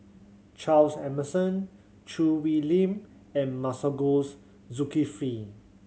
Charles Emmerson Choo Hwee Lim and Masagos Zulkifli